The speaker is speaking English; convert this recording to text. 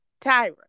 Tyra